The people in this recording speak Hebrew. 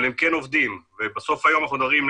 אבל הם כן עובדים ובסוף היום אנחנו מדברים,